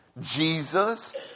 Jesus